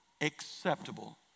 acceptable